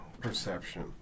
Perception